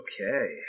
Okay